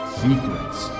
secrets